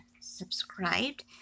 subscribed